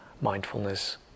mindfulness